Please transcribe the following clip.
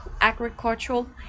Agricultural